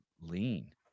lean